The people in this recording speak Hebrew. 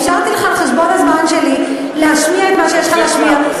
אפשרתי לך על חשבון הזמן שלי להשמיע את מה שיש לך להשמיע.